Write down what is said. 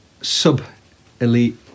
sub-elite